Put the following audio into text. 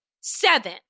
Seven